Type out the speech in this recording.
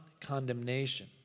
condemnation